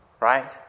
Right